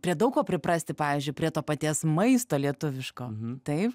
prie daug ko priprasti pavyzdžiui prie to paties maisto lietuviško taip